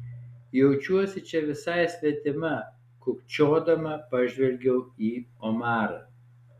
jaučiuosi čia visai svetima kukčiodama pažvelgiau į omarą